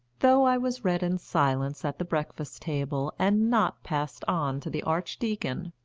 though i was read in silence at the breakfast table and not passed on to the archdeacon,